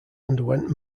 underwent